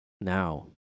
now